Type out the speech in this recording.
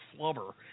Flubber